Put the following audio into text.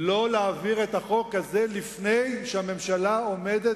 לא להעביר את החוק הזה לפני שהממשלה עומדת